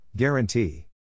Guarantee